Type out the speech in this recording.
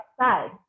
outside